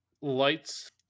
lights